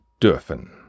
dürfen